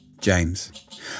James